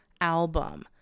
album